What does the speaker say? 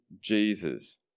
Jesus